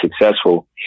successful